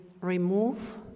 remove